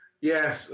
Yes